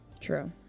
True